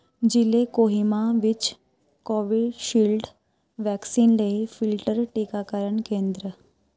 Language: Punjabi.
ਜ਼ਿਲ੍ਹੇ ਕੋਹਿਮਾ ਵਿੱਚ ਕੋਵੀਸ਼ੀਲਡ ਵੈਕਸੀਨ ਲਈ ਫਿਲਟਰ ਟੀਕਾਕਰਨ ਕੇਂਦਰ